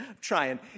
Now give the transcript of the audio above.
trying